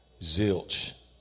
Zilch